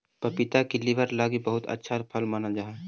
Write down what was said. पपीता के लीवर लागी बहुत अच्छा फल मानल गेलई हे